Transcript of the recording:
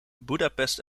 budapest